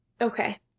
Okay